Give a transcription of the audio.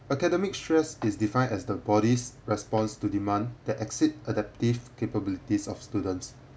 academic stress is defined as the body's response to demand that exceed adaptive capabilities of students